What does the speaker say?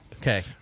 Okay